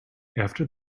after